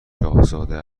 شاهزاده